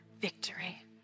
victory